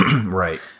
Right